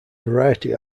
variety